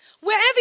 wherever